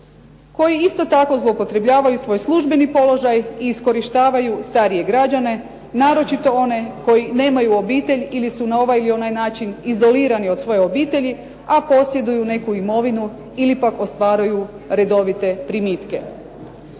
koji isto tako zloupotrebljavaju svoj službeni položaj i iskorištavaju starije građane, naročito one koji nemaju obitelj ili su na ovaj ili onaj način izolirani od svoje obitelji, a posjeduju neku imovinu ili pak ostvaruju redovite primitke.